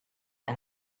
and